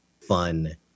fun